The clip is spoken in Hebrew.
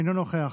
אינו נוכח,